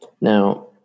Now